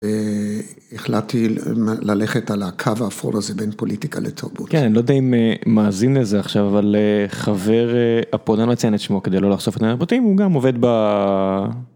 החלטתי ללכת על הקו האפור הזה בין פוליטיקה לתרבות. כן, אני לא יודע אם מאזין לזה עכשיו, אבל חבר, לא אציין את שמו כדי לא לחשוף את הפרטים, הוא גם עובד ב...